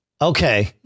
Okay